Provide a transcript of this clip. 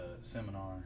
seminar